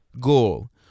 goal